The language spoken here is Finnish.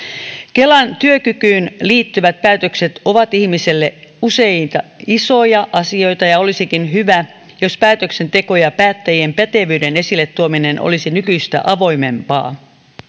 kelan työkykyyn liittyvät päätökset ovat ihmiselle usein isoja asioita ja olisikin hyvä jos päätöksenteko ja päättäjien pätevyyden esille tuominen olisi nykyistä avoimempaa